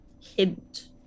hint